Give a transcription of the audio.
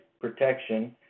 protection